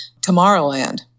Tomorrowland